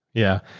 yeah.